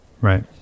Right